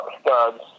studs